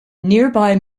nearby